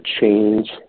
change